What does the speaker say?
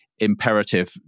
imperative